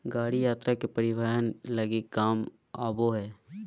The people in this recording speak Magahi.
गाड़ी यात्री के परिवहन लगी काम आबो हइ